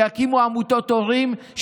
אז שיקימו עמותות הורים,